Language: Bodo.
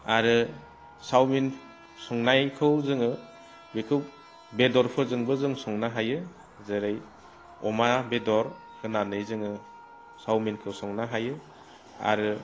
आरो चावमिन संनायखौ जोङो बेखौ बेदरफोरजोंबो जों संनो हायो जेरै अमा बेदर होनानै जोङो चावमिनखौ संनो हायो आरो